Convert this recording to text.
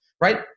right